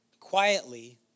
Quietly